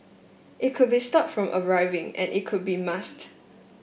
it could be stopped from arriving and it could be masked